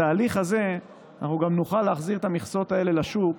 בתהליך הזה אנחנו גם נוכל להחזיר את המכסות האלה לשוק